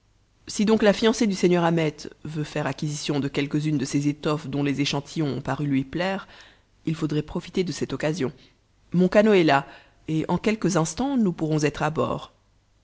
si donc la fiancée du seigneur ahmet veut faire acquisition de quelques-unes de ces étoffes dont les échantillons ont paru lui plaire il faudrait profiter de cette occasion mon canot est là et en quelques instants nous pourrons être à bord